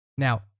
Now